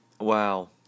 wow